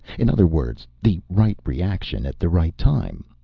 in other words, the right reaction at the right time.